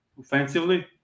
offensively